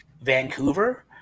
Vancouver